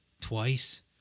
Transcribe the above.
twice